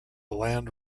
land